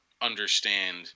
understand